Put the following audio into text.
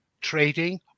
trading